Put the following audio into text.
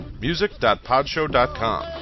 Music.podshow.com